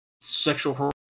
sexual